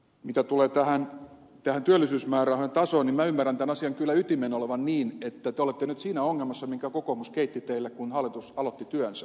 mitä tulee työllisyysmäärärahojen tasoon niin minä ymmärrän kyllä tämän asian ytimen olevan niin että te olette nyt siinä ongelmatilanteessa jonka kokoomus keitti teille kun hallitus aloitti työnsä